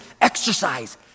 exercise